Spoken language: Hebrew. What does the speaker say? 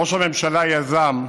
ראש הממשלה יזם,